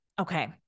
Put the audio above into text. Okay